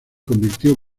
convirtió